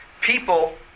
people